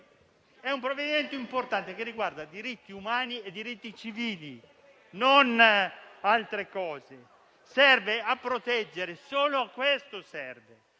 di un provvedimento importante che riguarda diritti umani e diritti civili, non altro; serve a proteggere (solo a questo serve)